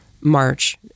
March